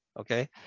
okay